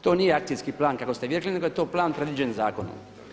To nije akcijski plan kako ste vi rekli nego je to plan predviđen zakonom.